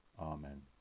Amen